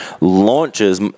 launches